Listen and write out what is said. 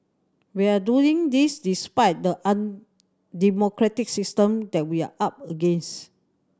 we are doing this despite the undemocratic system that we are up against